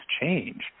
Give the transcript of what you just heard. change